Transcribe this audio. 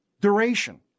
duration